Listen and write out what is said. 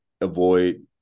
avoid